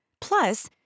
plus